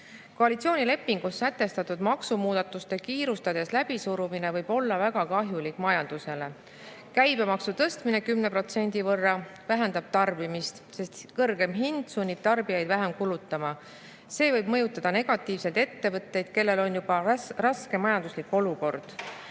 Koalitsioonilepingus sätestatud maksumuudatuste kiirustades läbisurumine võib olla väga kahjulik majandusele. Käibemaksu tõstmine 10% võrra vähendab tarbimist, sest kõrgem hind sunnib tarbijaid vähem kulutama. See võib mõjutada negatiivselt ettevõtteid, kellel on juba raske majanduslik olukord.